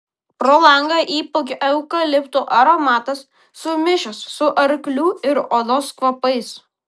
pro langą įplaukė eukaliptų aromatas sumišęs su arklių ir odos kvapais